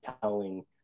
telling